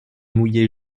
mouillé